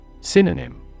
Synonym